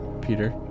Peter